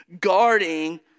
guarding